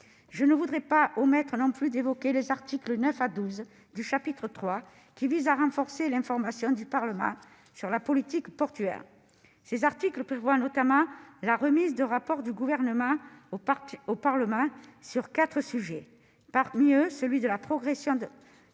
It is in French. Je n'omettrai pas d'évoquer les articles 9 à 12 du chapitre III, qui visent à renforcer l'information du Parlement sur la politique portuaire. Ces articles prévoient notamment la remise de rapports du Gouvernement au Parlement sur quatre sujets. Parmi ceux-ci, la question de la progression de la stratégie